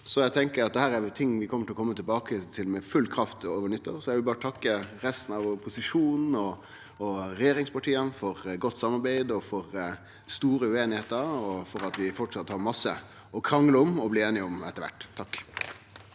så eg tenkjer at dette er ting vi kjem tilbake til med full kraft over nyttår. Eg vil berre takke resten av opposisjonen og regjeringspartia for godt samarbeid, for store ueinigheiter og for at vi framleis har mykje å krangle om og bli einige om etter kvart.